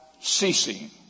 ceasing